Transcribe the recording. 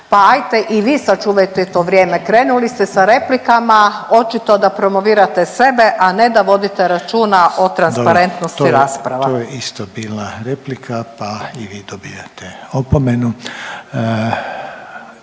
pa ajte i vi sačuvajte to vrijeme, krenuli ste sa replikama, očito da promovirate sebe, a ne da vodite računa o transparentnosti rasprave. **Reiner, Željko (HDZ)** Dobro.